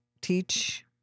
teach